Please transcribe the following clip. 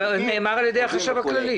זה נאמר על ידי החשב הכללי.